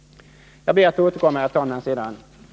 Jag ber att få återkomma senare i debatten.